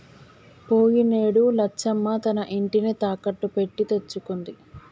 పోయినేడు లచ్చమ్మ తన ఇంటిని తాకట్టు పెట్టి తెచ్చుకుంది